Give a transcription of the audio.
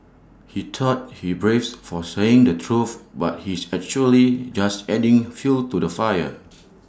he thought he's brave for saying the truth but he's actually just adding fuel to the fire